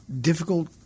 difficult